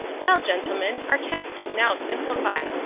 well, gentlemen, our task is now simplified.